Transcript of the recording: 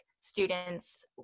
students